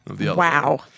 Wow